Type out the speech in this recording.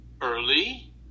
early